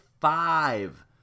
five